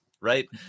right